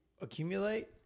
accumulate